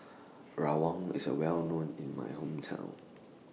Rawon IS A Well known in My Hometown